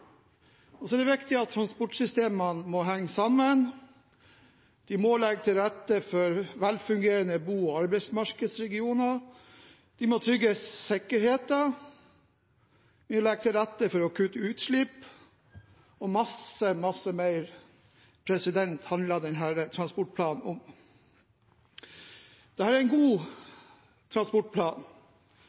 er viktig at transportsystemene henger sammen. De må legge til rette for velfungerende bo- og arbeidsmarkedsregioner. De må trygge sikkerheten. Vi legger til rette for å kutte utslipp – og det er mye, mye mer denne transportplanen handler om. Dette er en god transportplan.